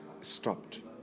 stopped